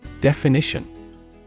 Definition